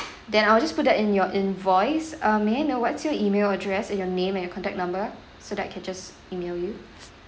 then I'll just put that in your invoice uh may I know what's your email address and your name and your contact number so that I can just email you